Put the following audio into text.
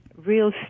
real